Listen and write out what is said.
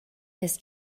his